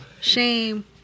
Shame